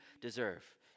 deserve